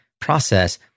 process